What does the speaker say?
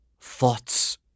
Thoughts